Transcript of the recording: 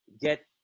get